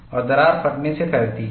और दरार फटने से फैलती है